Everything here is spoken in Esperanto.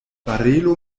barelo